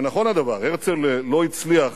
ונכון הדבר, הרצל לא הצליח